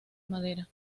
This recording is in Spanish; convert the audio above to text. madera